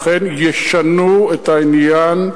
אכן ישנו את העניין,